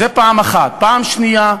שנית,